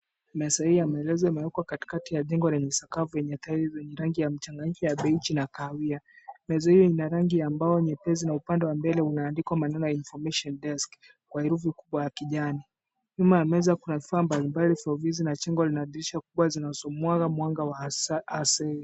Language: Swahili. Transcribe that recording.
Meza hii ya maelezo imewekwa katikati ya jengo lenye sakafu lenye tairi yenye rangi ya mchanganyiko wa baige na kahawia. Meza hiyo ina rangi ya mbao nyepesi na upande wa mbele unaandikwa maneno Information Desk kwa herufi kubwa ya kijani. Nyuma ya meza kuna vifaa mbalimbali vya ofisi na jengo lina dirisha kubwa zinazomwaga mwanga wa asili.